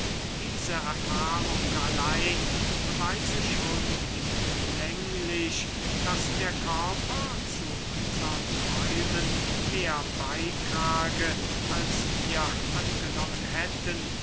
diese erfahrung allein beweise schon hinlänglich daß der körper zu unsern träumen mehr beytrage als wir angenommen hätten